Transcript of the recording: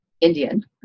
indian